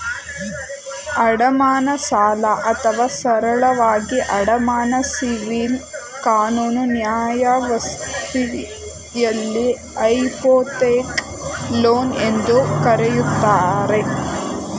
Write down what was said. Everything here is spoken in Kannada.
ಅಡಮಾನ ಸಾಲ ಅಥವಾ ಸರಳವಾಗಿ ಅಡಮಾನ ಸಿವಿಲ್ ಕಾನೂನು ನ್ಯಾಯವ್ಯಾಪ್ತಿಯಲ್ಲಿ ಹೈಪೋಥೆಕ್ ಲೋನ್ ಎಂದೂ ಕರೆಯುತ್ತಾರೆ